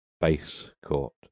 Base-court